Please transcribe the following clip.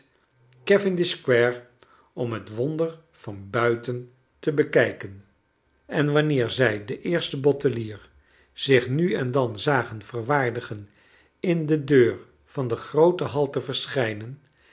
om het wonder van buiten te bekijken kleine dgrpit en wanneer zij den eersten bottelier zich nu en dan zagen verwaardigen in de deur van de groote hal te verschfjnen